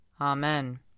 Amen